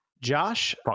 Josh